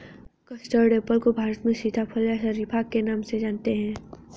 custard apple को भारत में सीताफल या शरीफा के नाम से जानते हैं